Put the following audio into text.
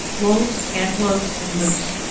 wolves, antelopes, and moose.